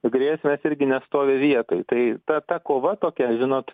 grėsmės irgi nestovi vietoj tai ta kova tokia žinot